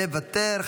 מוותר.